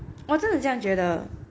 我真的这样觉得